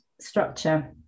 structure